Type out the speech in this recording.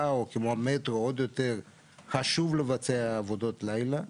או כמו המטרו חשוב לבצע עבודות לילה,